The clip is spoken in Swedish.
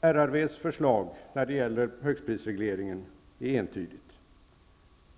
RRV:s förslag när det gäller högstprisregleringen är entydigt.